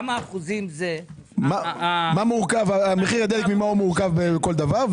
ממה מורכב מחיר הדלק בכל דבר?